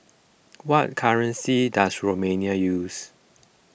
what currency does Romania use